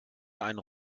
einen